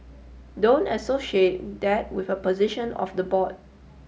don't associate that with a position of the board